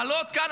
לעלות לכאן,